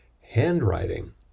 Handwriting